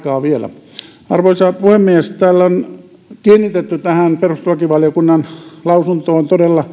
vielä arvoisa puhemies täällä on todella kiinnitetty tähän perustuslakivaliokunnan lausuntoon